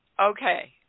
okay